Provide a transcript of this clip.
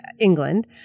England